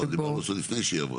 לא, דיברנו לפני שהיא עברה.